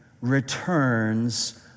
returns